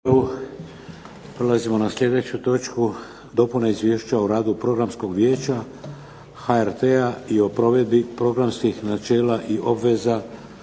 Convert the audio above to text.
"Prima se na znanje dopuna Izvješća o radu Programskog vijeća HRT-a i o provedbi programskih načela i obveza